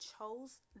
chose